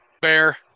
Bear